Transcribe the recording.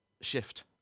shift